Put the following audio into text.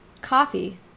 Coffee